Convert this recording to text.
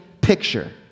picture